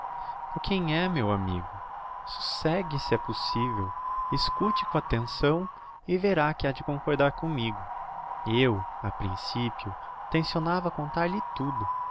por quem é meu amigo socegue se é possivel escute com attenção e verá que ha de concordar commigo eu a principio tencionava contar-lhe tudo